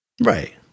Right